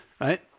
right